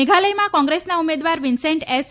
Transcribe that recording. મેઘાલયમાં કોંગ્રેસના ઉમેદવાર Vincent S